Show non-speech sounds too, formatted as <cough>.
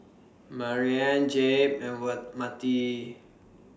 Marianne Jeb and <hesitation> Matie